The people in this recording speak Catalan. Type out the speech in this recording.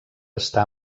està